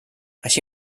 així